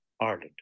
Ireland